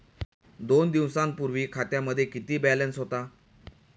दोन दिवसांपूर्वी खात्यामध्ये किती बॅलन्स होता?